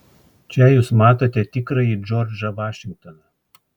čia jūs matote tikrąjį džordžą vašingtoną